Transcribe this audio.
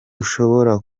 ushobora